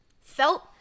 felt